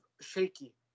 shaky